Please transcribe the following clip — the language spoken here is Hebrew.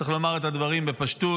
צריך לומר את הדברים בפשטות.